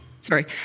Sorry